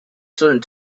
turned